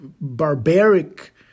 barbaric